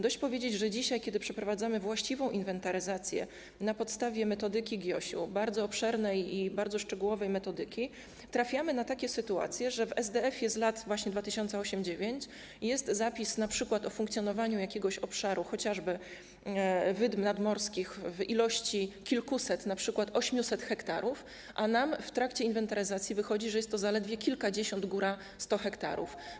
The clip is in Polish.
Dość powiedzieć, że dzisiaj, kiedy przeprowadzamy właściwą inwentaryzację na podstawie metodyki GIOŚ, bardzo obszernej i bardzo szczegółowej metodyki, trafiamy na takie sytuacje, że w SDF-ie właśnie z lat 2008-2009 jest zapis np. o funkcjonowaniu jakiegoś obszaru, chociażby wydm nadmorskich, w ilości kilkuset, np. 800 ha, a nam w trakcie inwentaryzacji wychodzi, że jest to zaledwie kilkadziesiąt, góra 100 ha.